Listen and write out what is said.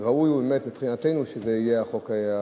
ראוי באמת מבחינתנו שזה יהיה החוק האחרון.